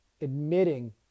admitting